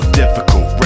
difficult